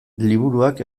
liburuak